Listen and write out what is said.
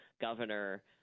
governor